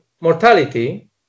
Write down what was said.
mortality